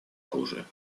оружия